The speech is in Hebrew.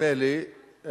נדמה לי,